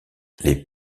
les